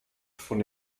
von